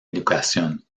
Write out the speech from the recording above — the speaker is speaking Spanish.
educación